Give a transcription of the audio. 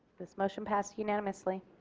this motion passed unanimously.